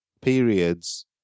periods